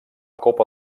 copa